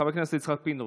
חבר הכנסת יצחק פינדרוס,